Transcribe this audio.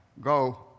Go